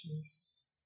peace